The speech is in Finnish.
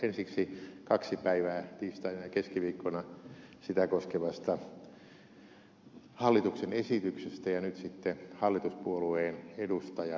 ensiksi kaksi päivää tiistaina ja keskiviikkona sitä koskevasta hallituksen esityksestä ja nyt sitten hallituspuolueen edustajan lakialoitteesta